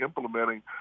implementing